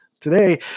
Today